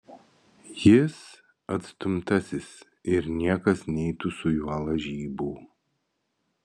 jis atstumtasis ir niekas neitų su juo lažybų